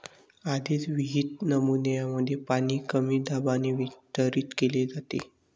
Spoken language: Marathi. आधीच विहित नमुन्यांमध्ये पाणी कमी दाबाने वितरित केले जाते